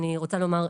לומר,